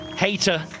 Hater